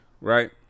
right